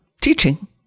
teaching